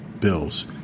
bills